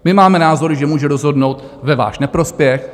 My máme názor, že může rozhodnout ve váš neprospěch.